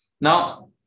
Now